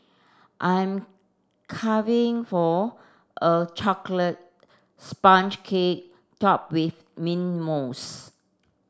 I'm for a chocolate sponge cake topped with mint mousse